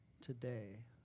today